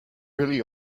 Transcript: really